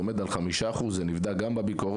עומד על חמישה אחוז זה נבדק גם בביקורות,